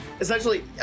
Essentially